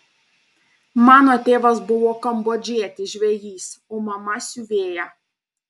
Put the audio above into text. mano tėvas buvo kambodžietis žvejys o mama siuvėja